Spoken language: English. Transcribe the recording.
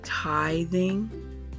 Tithing